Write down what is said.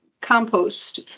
compost